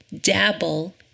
dabble